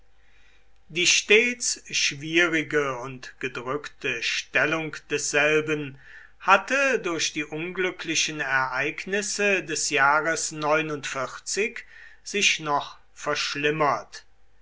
die stets schwierige und gedrückte stellung desselben hatte durch die unglücklichen ereignisse des jahres sich noch verschlimmert